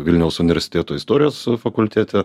vilniaus universiteto istorijos fakultete